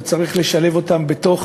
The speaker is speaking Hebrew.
וצריך לשלב אותם בתוך